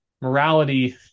Morality